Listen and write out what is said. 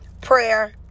prayer